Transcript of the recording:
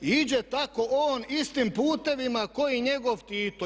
Iđe tako on istim putevima ko i njegov Tito.